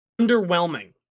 underwhelming